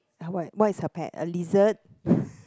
!huh! what what is her pet a lizard